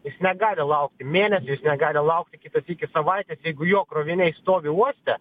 jis negali laukti mėnesį jis negali laukti kitą sykį savaitės jeigu jo kroviniai stovi uoste